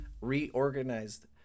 reorganized